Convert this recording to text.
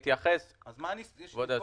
סיעודי.